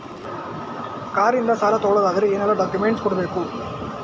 Car ಇಂದ ಸಾಲ ತಗೊಳುದಾದ್ರೆ ಏನೆಲ್ಲ ಡಾಕ್ಯುಮೆಂಟ್ಸ್ ಕೊಡ್ಬೇಕು?